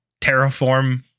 terraform